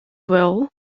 well